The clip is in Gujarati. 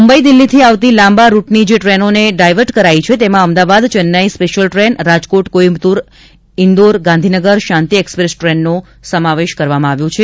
મુંબઈ દિલ્હીથી આવતી લાંબા અંતરની જે ટ્રેનોને ડાયવર્ટ કરાઈ છે તેમાં Ahmedabad Chennai special train Rajkot Coimbatore Indore Gandhinagar Shanti express ટ્રેનોનો સમાવેશ થાય છે